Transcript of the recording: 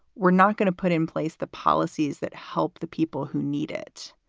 we're not going to put in place the policies that help the people who need it.